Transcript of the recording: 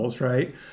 right